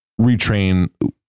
retrain